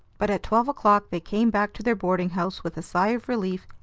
but at twelve o'clock they came back to their boarding-house with a sigh of relief,